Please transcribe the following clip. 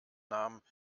namen